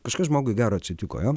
kažkas žmogui gero atsitiko jo